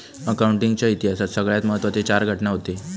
accounting च्या इतिहासात सगळ्यात महत्त्वाचे चार घटना हूते